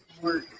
work